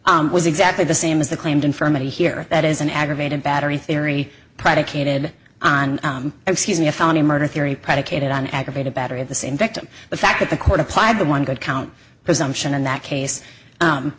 y was exactly the same as the claimed infirmity here that is an aggravated battery theory predicated on excuse me a felony murder theory predicated on aggravated battery of the same victim the fact that the court applied the one good count presumption in that case